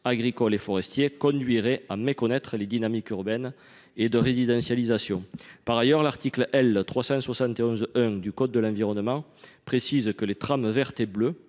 agricoles et forestiers conduirait ainsi à méconnaître les dynamiques urbaines et de résidentialisation. L’article L. 371 1 du code de l’environnement précise d’ailleurs que les trames verte et bleue